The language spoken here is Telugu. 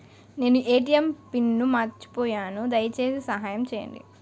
నేను నా ఎ.టి.ఎం పిన్ను మర్చిపోయాను, దయచేసి సహాయం చేయండి